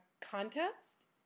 contest